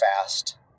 fast